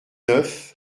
neuf